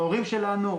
ההורים שלנו,